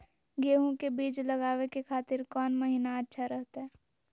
गेहूं के बीज लगावे के खातिर कौन महीना अच्छा रहतय?